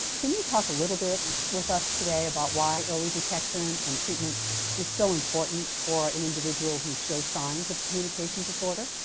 can you talk a little bit with us today about why early detection and treatment is so important for an individual who shows signs of communication disorder?